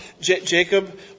Jacob